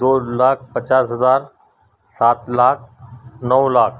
دو لاکھ پچاس ہزار سات لاکھ نو لاکھ